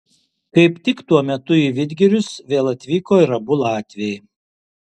kaip tik tuo metu į vidgirius vėl atvyko ir abu latviai